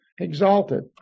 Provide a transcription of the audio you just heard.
exalted